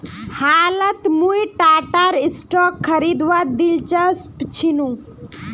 हालत मुई टाटार स्टॉक खरीदवात दिलचस्प छिनु